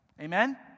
Amen